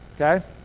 Okay